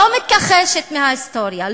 לא מתכחשת להיסטוריה,